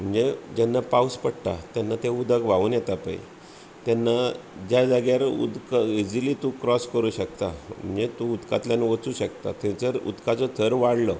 म्हणजे जेन्ना पावस पडटा तेन्ना तें उदक व्हांवून येता पळय तेन्ना ज्या जाग्यार उदक इजिली तूं क्रोस करूंक शकता म्हणजे तूं उदकांतल्यान वचूंक शकता थंयसर उदकाचो थर वाडलो